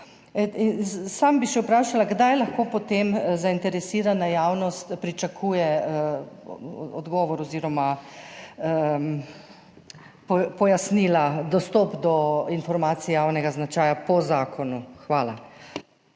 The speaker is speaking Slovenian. bi še samo: Kdaj lahko potem zainteresirana javnost pričakuje odgovor oziroma pojasnila glede dostopa do informacij javnega značaja po zakonu? Hvala.